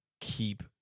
keep